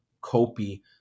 copy